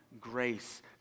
grace